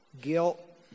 Guilt